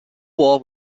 war